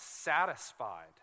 satisfied